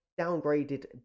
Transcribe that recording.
downgraded